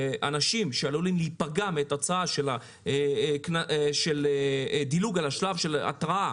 אנשים שעלולים להיפגע כתוצאה מהדילוג על השלב של התראה